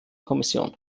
kommission